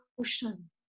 ocean